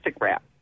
wrap